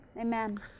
Amen